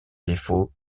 défaut